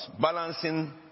balancing